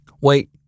Wait